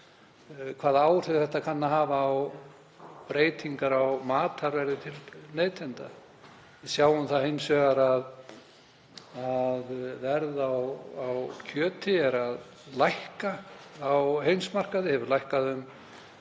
hvaða áhrif þetta kann að hafa á breytingar á matarverði til neytenda. Við sjáum það hins vegar að verð á kjöti er að lækka á heimsmarkaði, hefur lækkað um